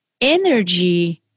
energy